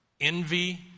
Envy